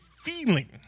feeling